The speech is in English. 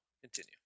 continue